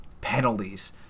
penalties